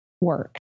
work